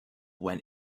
went